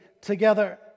together